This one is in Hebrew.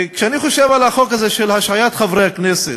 וכשאני חושב על החוק הזה של השעיית חברי הכנסת,